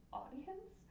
audience